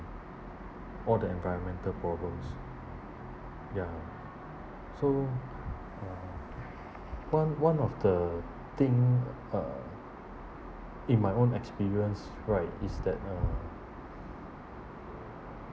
all the environmental problems ya so uh one one of the thing uh in my own experience right is that uh